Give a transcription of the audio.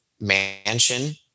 mansion